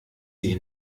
sie